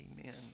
Amen